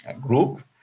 group